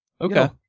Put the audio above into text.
Okay